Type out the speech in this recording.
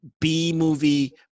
B-movie